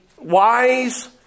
wise